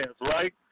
right